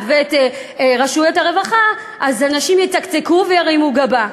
ואת רשויות הרווחה אנשים יצקצקו וירימו גבה.